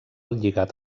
lligat